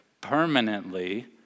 permanently